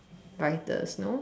writers you know